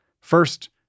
First